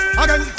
again